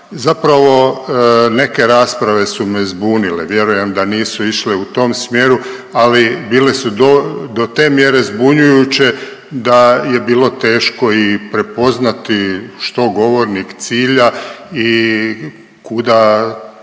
Zapravo neke rasprave su me zbunile, vjerujem da nisu išle u tom smjeru ali bile su do te mjere zbunjujuće da je bilo teško i prepoznati što govornik cilja i kuda ta